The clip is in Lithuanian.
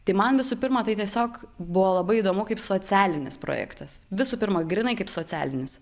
tai man visų pirma tai tiesiog buvo labai įdomu kaip socialinis projektas visų pirma grynai kaip socialinis